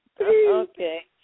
Okay